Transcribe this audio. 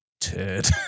turd